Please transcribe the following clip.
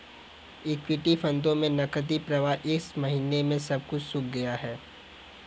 equity फंडों में नकदी प्रवाह इस महीने सब कुछ सूख गया है